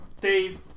Dave